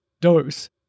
dose